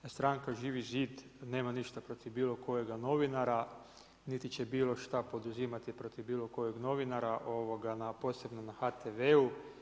Stranka Živi zid nema ništa protiv bilo kojega novinara niti će bilo šta poduzimati protiv bilo kojeg novinara posebno na HTV-u.